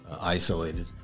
isolated